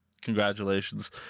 congratulations